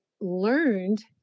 learned